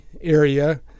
area